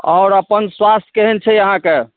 आओर अपन स्वास्थ्य केहेन छै अहाँके